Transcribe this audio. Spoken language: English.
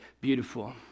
beautiful